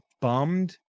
bummed